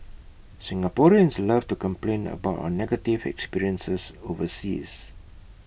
Singaporeans love to complain about our negative experiences overseas